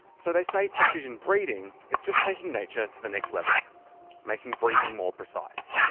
so they say precision breeding is just taking nature to the next level making breeding more precise.